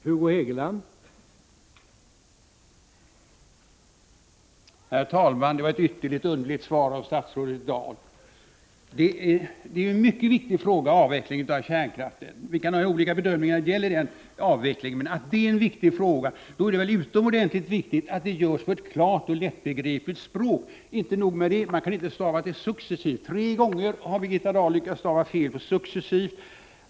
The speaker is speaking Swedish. Herr talman! Det var ett ytterligt underligt svar av statsrådet Dahl. Avvecklingen av kärnkraften är en mycket viktig fråga. Vi kan ha olika bedömningar när det gäller själva avvecklingen, men att det är en viktig fråga borde vi kunna vara överens om. Då är det väl utomordentligt angeläget att informationen ges på ett klart och lättbegripligt språk. Det är inte nog med de fel i skriften som jag tidigare har påpekat. Man kan inte heller stava till ordet successivt. Tre gånger har Birgitta Dahl lyckats stava detta ord fel.